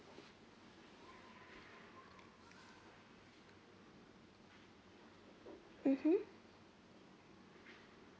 mmhmm